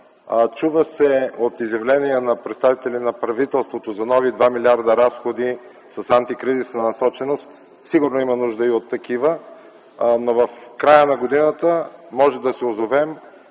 Чува се от изявления на представители на правителството за нови 2 милиарда разходи с антикризисна насоченост – сигурно има нужда и от такива, но в края на годината може да се озовем